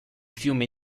fiume